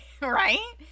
right